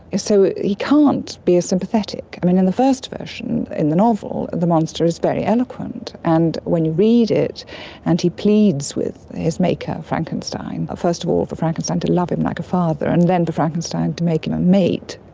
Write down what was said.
so he can't be as sympathetic. and in the first version, in the novel the monster is very eloquent, and when you read it and he pleads with his maker, frankenstein, ah first of all for frankenstein to love him like a father and then for frankenstein to make him a mate,